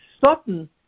Sutton